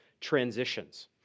transitions